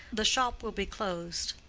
the shop will be closed.